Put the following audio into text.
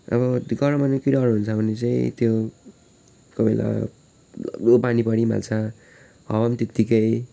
अब गरम महिनामा के डर हुन्छ भने चाहिँ त्यो कोही बेला ठुलो पानी परी पनि हाल्छ हावा पनि त्यत्तिकै